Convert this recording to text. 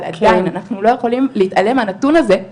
אבל עדיין אנחנו לא יכולים להתעלם מהנתון הזה,